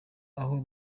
aho